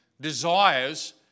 desires